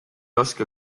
oska